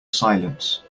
silence